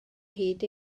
hyd